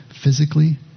physically